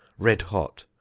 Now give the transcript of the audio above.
red hot,